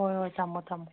ꯍꯣꯏ ꯍꯣꯏ ꯊꯝꯃꯣ ꯊꯝꯃꯣ